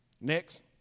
Next